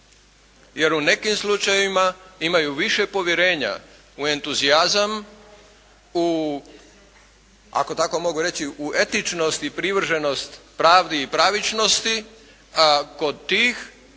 Jer u nekim slučajevima imaju više povjerenja u entuzijazam u, ako tako mogu reći u etičnosti privrženost pravdi i pravičnosti kod tih